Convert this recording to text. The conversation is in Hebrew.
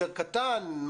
יותר קטן?